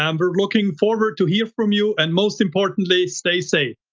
um we're looking forward to hear from you, and most importantly, stay safe.